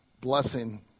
blessing